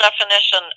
definition